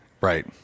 right